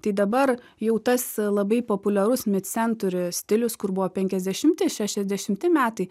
tai dabar jau tas labai populiarus mid century stilius kur buvo penkiasdešimti šešiasdešimti metai